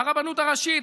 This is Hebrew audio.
הרבנות הראשית,